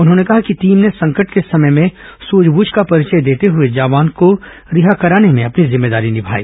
उन्होंने कहा कि टीम ने संकट के समय में सूझबूझ का परिचय देते हुए जवान को रिहा कराने में अपनी जिम्मेदारी निभाई